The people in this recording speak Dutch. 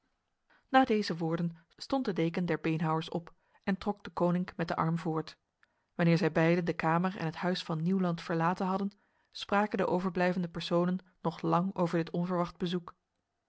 na deze woorden stond de deken der beenhouwers op en trok deconinck met de arm voort wanneer zij beiden de kamer en het huis van nieuwland verlaten hadden spraken de overblijvende personen nog lang over dit onverwacht bezoek